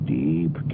deep